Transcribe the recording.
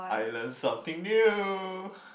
I learn something new